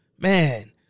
Man